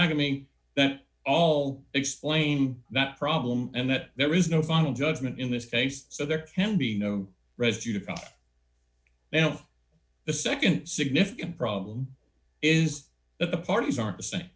agony that all exclaim that problem and that there is no final judgment in this case so there can be no residue to follow now the nd significant problem is that the parties aren't the same